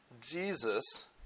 Jesus